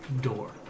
door